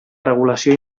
regulació